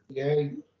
yay.